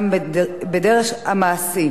גם בדרג המעשי,